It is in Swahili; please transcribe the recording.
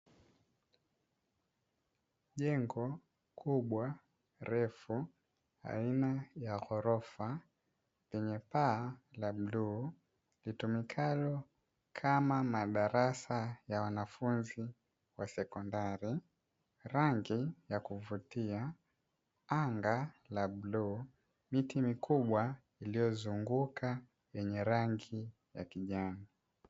Jengo kubwa refu aina ya ghorofa yenye paa la bluu, litumikalo kama madarasa ya wanafunzi wa sekondari. Rangi ya kuvutia, anga la bluu, miti mikubwa iliyozunguka yenye rangi ya kijani.